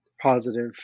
positive